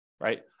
right